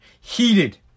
Heated